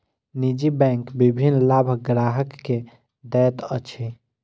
निजी बैंक विभिन्न लाभ ग्राहक के दैत अछि